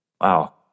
Wow